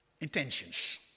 intentions